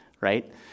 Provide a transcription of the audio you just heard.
right